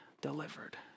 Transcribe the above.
delivered